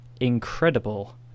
incredible